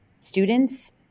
students